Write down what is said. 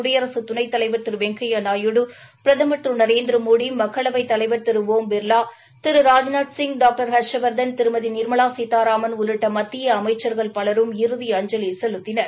குடியரசுத் துணைத்தலைவர் திரு வெங்கையா நாயுடு பிரதமர் திரு நரேந்திரமோடி மக்களவைத் தலைவர் திரு ஒம் பிர்லர் திரு ராஜ்நாத்சிங் டாக்டர் ஹர்ஷவர்தன் திருமதி நிர்மவா சீதாராமன் உள்ளிட்ட மத்திய அமைச்சர்கள் பலரும் இறுதி அஞ்சலி செலுத்தினர்